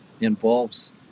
involves